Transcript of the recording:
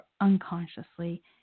unconsciously